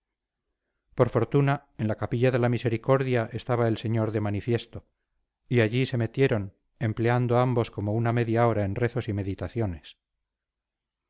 por fortuna en la capilla de la misericordia estaba el señor de manifiesto y allí se metieron empleando ambos como una media hora en rezos y meditaciones